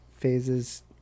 phases